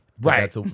Right